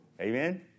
Amen